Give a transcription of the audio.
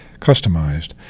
customized